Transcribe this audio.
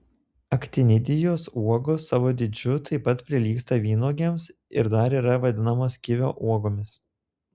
aktinidijos uogos savo dydžiu taip pat prilygsta vynuogėmis ir dar yra vadinamos kivio uogomis